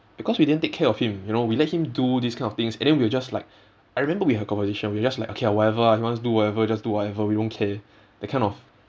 because we didn't take care of him you know we let him do these kind of things and then we're just like I remember we had a conversation we're just like okay ah whatever ah he wants to do whatever just do whatever we don't care that kind of